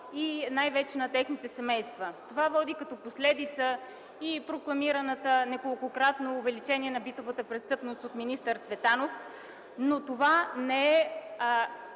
и най-вече на техните семейства. Това води като последица прокламираното неколкократно увеличение на битовата престъпност от министър Цветанов, но това не е